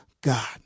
God